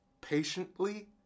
patiently